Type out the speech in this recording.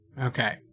Okay